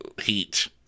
heat